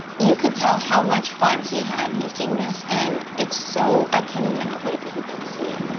you could tell how much fun he had making this, and it's so, i cannot wait for people to see it.